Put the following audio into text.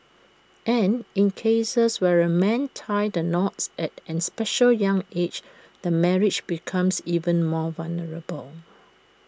and in cases where A man ties the knots at an especially young age the marriage becomes even more vulnerable